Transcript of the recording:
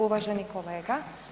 Uvaženi kolega.